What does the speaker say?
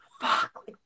fuck